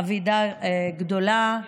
אבדה גדולה.